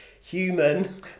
human